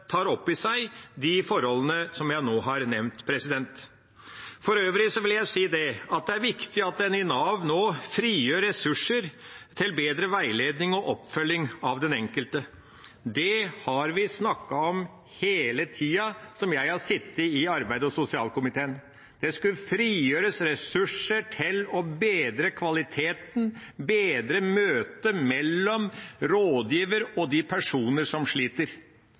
tar opp i seg de forholdene som jeg nå har nevnt. For øvrig vil jeg si at det er viktig at en i Nav nå frigjør ressurser til bedre veiledning og oppfølging av den enkelte. Det har vi snakket om hele den tida jeg har sittet i arbeids- og sosialkomiteen. Det skulle frigjøres ressurser til å bedre kvaliteten, bedre møtet mellom rådgiver og de personer som sliter.